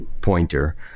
pointer